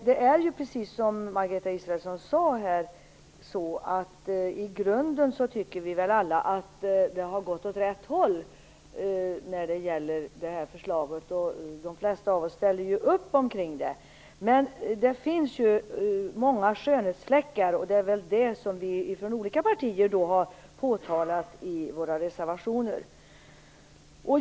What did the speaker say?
Det är precis som Margareta Israelsson sade, att vi alla i grund tycker att det har gått åt rätt håll när det gäller detta förslag, och de flesta av oss ställer oss bakom det. Men det finns många skönhetsfläckar, och det är väl det som vi från olika partier har påtalat i våra reservationer.